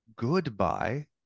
Goodbye